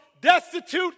destitute